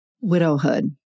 Widowhood